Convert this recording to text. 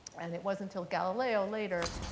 and it wasn't until galileo, later,